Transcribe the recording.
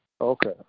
okay